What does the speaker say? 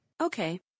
Okay